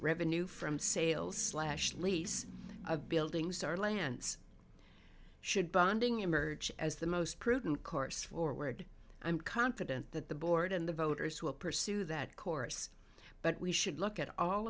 revenue from sales slash lease of buildings our lands should bonding emerge as the most prudent course forward i'm confident that the board and the voters who a pursue that course but we should look at all